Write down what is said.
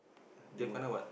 gym